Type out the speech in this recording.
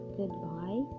goodbye